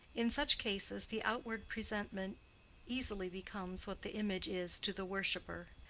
in such cases the outward presentment easily becomes what the image is to the worshipper.